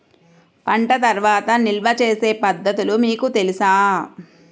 పంట తర్వాత నిల్వ చేసే పద్ధతులు మీకు తెలుసా?